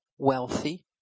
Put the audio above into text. Wealthy